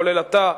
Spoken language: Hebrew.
כולל אתה,